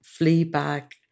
Fleabag